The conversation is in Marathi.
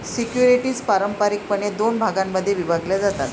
सिक्युरिटीज पारंपारिकपणे दोन भागांमध्ये विभागल्या जातात